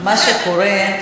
מה שקורה,